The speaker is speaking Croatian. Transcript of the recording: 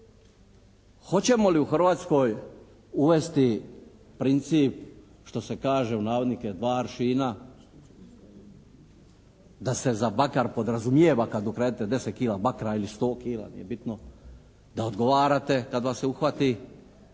hoćemo li u Hrvatskoj uvesti principi što se kaže u navodnike "dva aršina" da se za bakar podrazumijeva kad ukradete 10 kila bakra ili 100 kila, nije bitno, da odgovarate kad vas se uhvati,